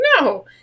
No